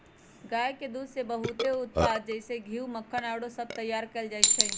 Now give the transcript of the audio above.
गाय के दूध से बहुते उत्पाद जइसे घीउ, मक्खन आउरो सभ तइयार कएल जाइ छइ